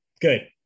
good